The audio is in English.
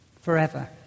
Forever